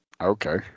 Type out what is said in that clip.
okay